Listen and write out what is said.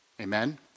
Amen